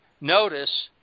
notice